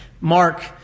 Mark